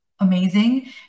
amazing